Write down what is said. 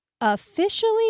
officially